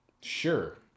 sure